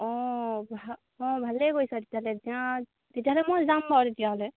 অঁ ভা অঁ ভালেই কৰিছা তেতিয়াহ'লে তেতিয়াহ'লে মই যাম বাৰু তেতিয়াহ'লে